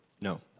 No